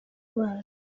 bana